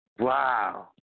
Wow